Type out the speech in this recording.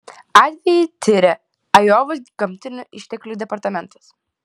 atvejį tiria ajovos gamtinių išteklių departamentas